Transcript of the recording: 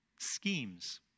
schemes